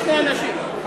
שני אנשים.